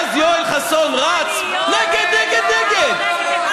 ואז יואל חסון רץ: נגד, נגד, נגד.